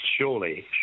Surely